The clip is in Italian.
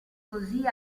così